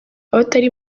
abatari